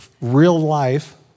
real-life